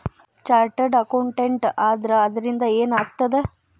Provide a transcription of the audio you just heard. Chartered accountant ಆದ್ರ ಅದರಿಂದಾ ಏನ್ ಆಗ್ತದ?